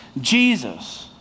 Jesus